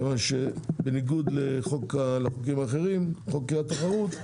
כמובן שבניגוד לחוקים האחרים, חוקי התחרות,